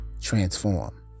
transform